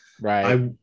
right